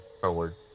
forward